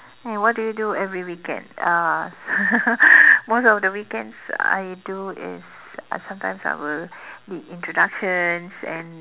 what do you do every weekend uh most of the weekends I do is uh I sometimes I will lead introductions and